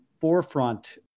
forefront